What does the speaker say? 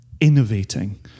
innovating